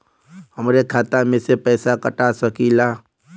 हमरे खाता में से पैसा कटा सकी ला?